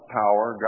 power